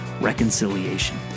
reconciliation